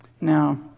Now